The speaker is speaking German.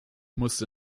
musste